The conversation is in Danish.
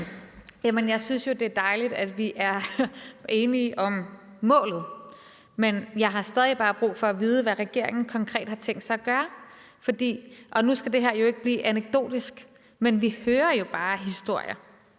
Jeg synes jo, det er dejligt, at vi er enige om målet. Men jeg har stadig væk bare brug for at vide, hvad regeringen konkret har tænkt sig at gøre. Og nu skal det her jo ikke blive anekdotisk, men vi hører jo bare historier